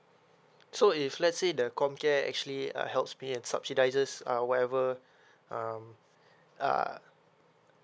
so if let's say the com care actually uh helps me and subsidises uh whatever um ah